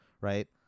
right